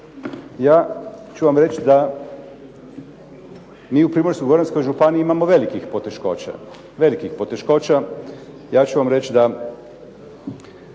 Ja ću vam reći da mi u Primorsko-goranskoj županiji imamo velikih poteškoća. Ja ću vam reći da